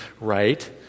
right